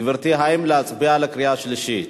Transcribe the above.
גברתי, האם להצביע בקריאה שלישית?